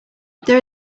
there